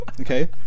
Okay